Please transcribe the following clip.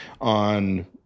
on